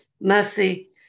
mercy